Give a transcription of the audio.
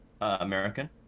American